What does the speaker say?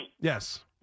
yes